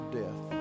death